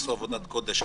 הם עשו עבודת קודש.